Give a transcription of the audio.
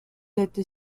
était